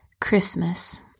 Christmas